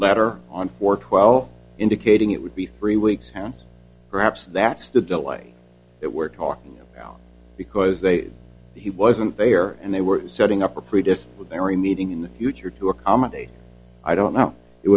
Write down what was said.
later on for twelve indicating it would be three weeks now perhaps that's the delay that we're talking about because they he wasn't there and they were setting up a predefined with every meeting in the future to accommodate i don't know it